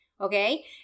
Okay